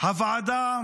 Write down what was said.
הוועדה